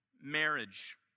marriage